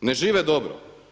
ne žive dobro.